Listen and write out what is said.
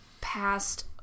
past